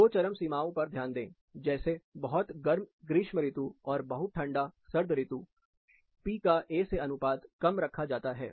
दो चरम सीमाओं पर ध्यान दें जैसे बहुत गर्म ग्रीष्म ऋतु और बहुत ठंडा सर्द ऋतु पी का ए से अनुपात कम रखा जाता है